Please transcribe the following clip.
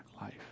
life